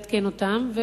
יעדכן אותם,